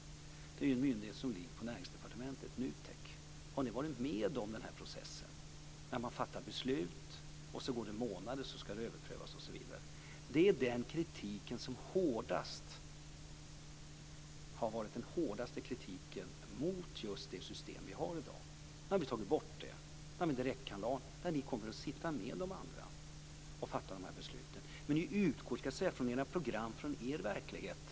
Det är ju en myndighet som ligger på Näringsdepartementet, NUTEK. Har ni varit med om den här processen? Man fattar beslut, sedan går det månader och så ska det överprövas osv. Det är det som har varit den hårdaste kritiken mot det system som vi har i dag. Nu har vi tagit bort det. Nu har vi en direktkanal där ni kommer att sitta med de andra och fatta de här besluten. Men ni utgår, ska jag säga, från era program från er verklighet.